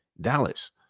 Dallas